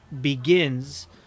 begins